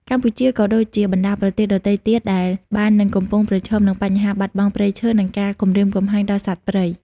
កម្ពុជាក៏ដូចជាបណ្ដាប្រទេសដទៃទៀតដែរ បាននឹងកំពុងប្រឈមនឹងបញ្ហាបាត់បង់ព្រៃឈើ និងការគំរាមកំហែងដល់សត្វព្រៃ។